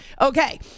okay